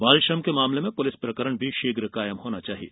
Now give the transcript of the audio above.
बालश्रम के मामले में पुलिस प्रकरण भी शीघ्र कायम होना चाहिये